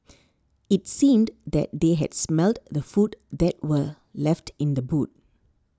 it seemed that they had smelt the food that were left in the boot